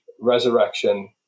resurrection